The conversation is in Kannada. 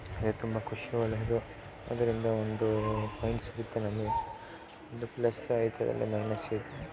ಅದೇ ತುಂಬ ಖುಷಿ ಒಳ್ಳೆಯದು ಅದರಿಂದ ಒಂದು ಸಿಗುತ್ತೆ ನಮಗೆ ಒಂದು ಪ್ಲಸ್ ಅಯ್ತದೆ ಇಲ್ಲ ಮೈನಸ್ ಇರ್ತದೆ